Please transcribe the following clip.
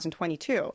2022